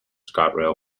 scotrail